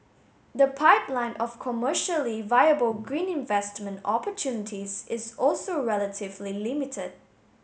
the pipeline of commercially viable green investment opportunities is also relatively limited